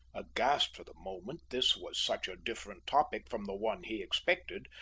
aghast for the moment, this was such a different topic from the one he expected,